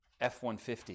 F-150